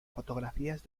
fotografías